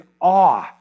awe